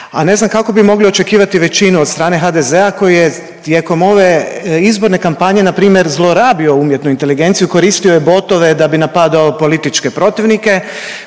a ne znam kako bi mogli očekivati većinu od strane HDZ-a koji je tijekom ove izborne kampanje npr. zlorabio umjetnu inteligenciju, koristio je botove da bi napadao političke protivnike.